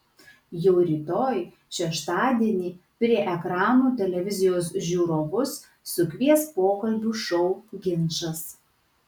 jau rytoj šeštadienį prie ekranų televizijos žiūrovus sukvies pokalbių šou ginčas